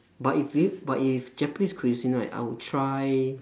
but if you but if japanese cuisine right I would try